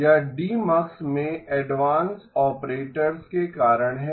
यह डीमक्स में advance operators के कारण है